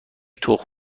تخم